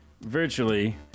virtually